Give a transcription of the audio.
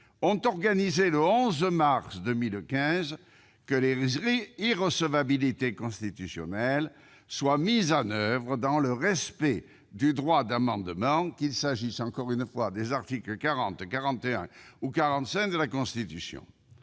ont préconisé, le 11 mars 2015, que les irrecevabilités constitutionnelles soient mises en oeuvre dans le respect du droit d'amendement, qu'il s'agisse des articles 40, 41 ou 45 de la Constitution.